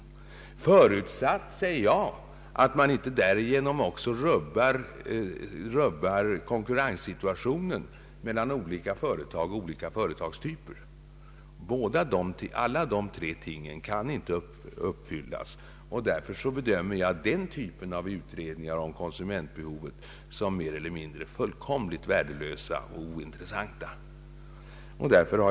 Ytterligare en förutsättning är, säger jag, att man inte därigenom rubbar konkurrenssituationen mellan olika företag och olika företagstyper. Alla dessa ting kan inte uppfyllas, och därför bedömer jag den typen av utredningar om konsumentbehovet som fullständigt värdelösa och ointressanta.